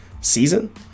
season